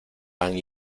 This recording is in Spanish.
pan